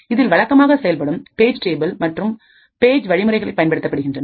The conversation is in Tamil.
இதில் வழக்கமாக செயல்படும் பேஜ்டேபிள் மற்றும் பேஜ் வழிமுறைகள் பயன்படுத்தப்படுகின்றன